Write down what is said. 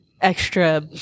extra